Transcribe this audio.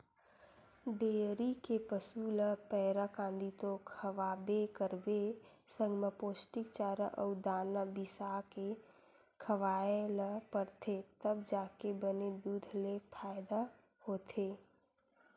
dairy के पसू ल पैरा, कांदी तो खवाबे करबे संग म पोस्टिक चारा अउ दाना बिसाके खवाए ल परथे तब जाके बने दूद ले फायदा होथे